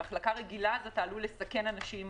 במחלקה רגילה אתה עלול לסכן אנשים